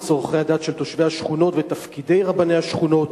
צורכי הדת של תושבי השכונות ואת תפקידי רבני השכונות,